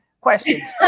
Questions